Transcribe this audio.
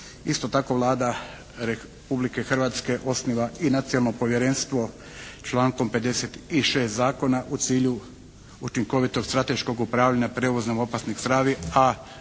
Isto tako, Vlada Republike Hrvatske osniva i Nacionalno povjerenstvo člankom 56. zakona u cilju učinkovitog, strateškog upravljanja prijevozom opasnih tvari, a